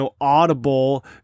Audible